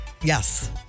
Yes